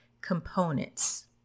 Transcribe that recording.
components